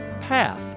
path